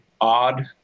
odd